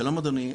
שלום אדוני,